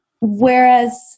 Whereas